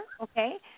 okay